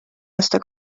aasta